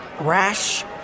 rash